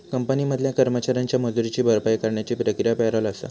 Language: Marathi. कंपनी मधल्या कर्मचाऱ्यांच्या मजुरीची भरपाई करण्याची प्रक्रिया पॅरोल आसा